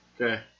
Okay